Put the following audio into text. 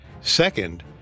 Second